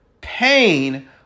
pain